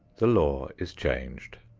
the law is changed.